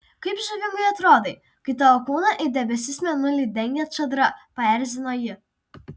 kaip žavingai atrodai kai tavo kūną it debesis mėnulį dengia čadra paerzino ji